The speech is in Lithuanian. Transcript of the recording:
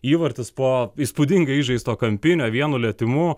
įvartis po įspūdingai įžaisto kampinio vienu lietimu